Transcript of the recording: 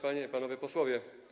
Panie i Panowie Posłowie!